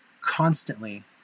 constantly